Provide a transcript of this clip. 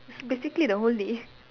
basically the whole day